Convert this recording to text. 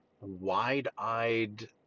wide-eyed